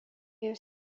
jos